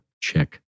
check